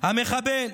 המחבל: